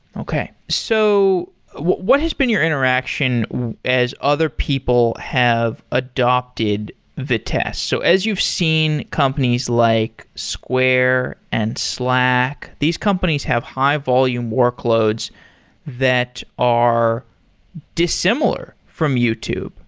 okay. so what has been your interaction as other people have adapted vitess? so as you've seen companies like square and slack, these companies have high-volume workloads that are dissimilar from youtube.